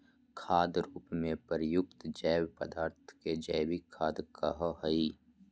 खाद रूप में प्रयुक्त जैव पदार्थ के जैविक खाद कहो हइ